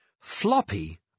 Floppy